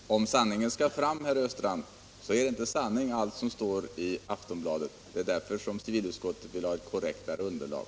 Herr talman! Om sanningen skall fram, herr Östrand, är det inte sanning allt som står i Aftonbladet. Det är därför civilutskottet vill ha ett korrektare underlag.